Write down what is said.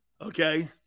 Okay